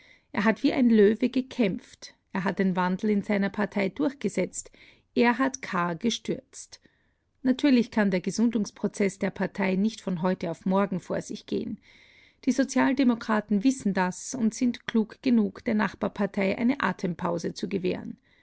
er hat wie ein löwe gekämpft er hat den wandel in seiner partei durchgesetzt er hat kahr gestürzt natürlich kann der gesundungsprozeß der partei nicht von heute auf morgen vor sich gehen die sozialdemokraten wissen das und sind klug genug der nachbarpartei eine atempause zu gewähren